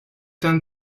tan